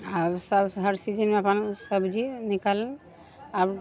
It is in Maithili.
आओर सभ हर सीजनमे अपन सब्जी निकल आब